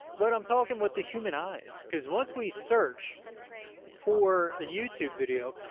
but i'm talking with the human eyes. because once we search for a youtube video,